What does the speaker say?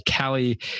Callie